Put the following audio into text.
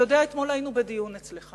אתה יודע, אתמול היינו בדיון אצלך